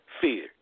fear